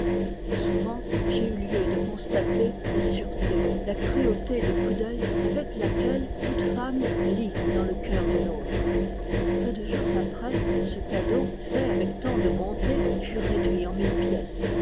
souvent j'ai eu lieu de constater la sûreté la cruauté de coup d'oeil avec laquelle toute femme lit dans le cœur d'une autre peu de jours après ce cadeau fait avec tant de bonté fut réduit en mille pièces